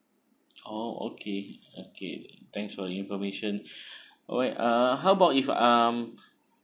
oh okay okay thanks for your information alright uh how about if I'm